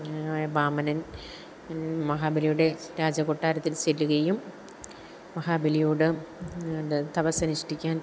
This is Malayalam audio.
വാമനൻ മഹാബലിയുടെ രാജകൊട്ടാരത്തിൽ ചെല്ലുകയും മഹാബലിയോട് തപസ്സനുഷ്ഠിക്കാൻ